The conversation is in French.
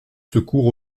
secours